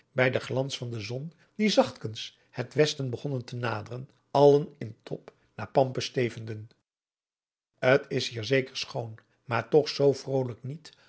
bij den glans van de zon die zachtkens het westen begon te naderen allen in top naar pampus stevenden t is hier zeker schoon maar toch zoo vrolijk niet